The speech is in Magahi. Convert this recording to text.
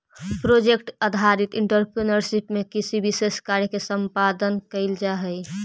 प्रोजेक्ट आधारित एंटरप्रेन्योरशिप में किसी विशेष कार्य के संपादन कईल जाऽ हई